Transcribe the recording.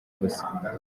gusa